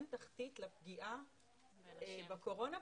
אין תחתית לפגיעה בקורונה,